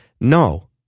No